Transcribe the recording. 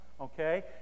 okay